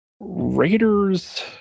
Raiders